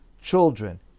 children